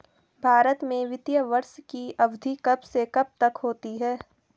भारत में वित्तीय वर्ष की अवधि कब से कब तक होती है?